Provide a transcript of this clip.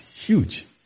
huge